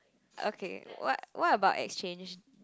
okay what what about exchange